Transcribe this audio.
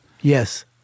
Yes